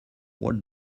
what